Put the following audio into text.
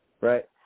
right